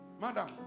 madam